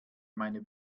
meine